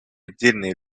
отдельные